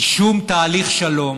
כי שום תהליך שלום